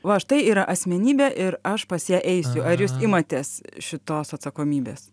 va štai yra asmenybė ir aš pas ją eisiu ar jūs imatės šitos atsakomybės